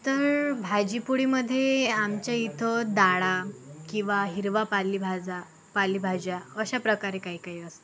तर भाजी पोळीमध्ये आमच्या इथं डाळ किंवा हिरवा पालेभाजा पालेभाज्या अशाप्रकारे काही काही असतं